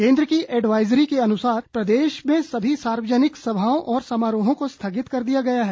केंद्र की एडवाइजरी के अनुसार प्रदेश में सभी सार्वजनिक सभाओं और समारोहों को स्थगित कर दिया है